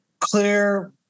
clear